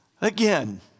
Again